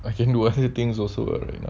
I can do other things also what right now